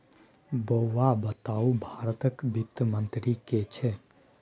बौआ बताउ भारतक वित्त मंत्री के छै?